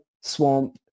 swamp